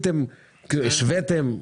השוויתם?